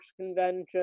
convention